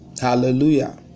hallelujah